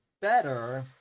better